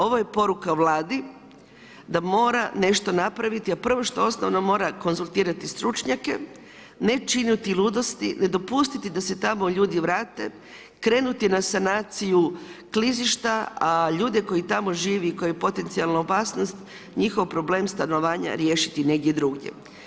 Ovo je poruka Vladi, da mora nešto napraviti, a prvo što osnovno mora je konzultirati stručnjake ne činiti ludosti, ne dopustiti da se tamo ljudi vrate, krenuti na sanaciju klizišta, a ljude koji tamo živi i koja je potencijalna opasnost njihov problem stanovanja riješiti negdje drugdje.